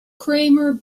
kramer